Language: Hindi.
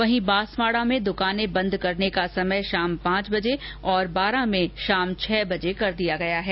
वहीं बांसवाड़ा में दुकाने बंद करने का समय शाम पांच बजे और बारा में शाम छह बजे कर दिया गया है